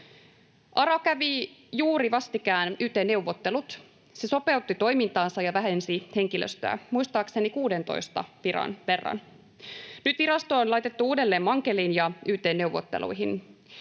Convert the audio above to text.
ARA kävi juuri vastikään yt-neuvottelut, se sopeutti toimintaansa ja vähensi henkilöstöä muistaakseni 16 viran verran. Nyt virasto on laitettu uudelleen mankeliin ja yt-neuvotteluihin.